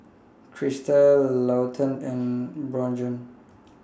Krysta Lawton and Bjorn